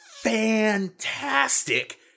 fantastic